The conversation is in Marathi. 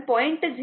707 7